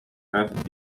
have